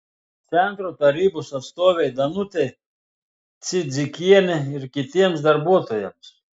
centro tarybos atstovei danutei cidzikienė ir kitiems darbuotojams